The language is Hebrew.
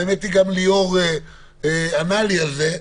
האמת שליאור ענה לי על זה.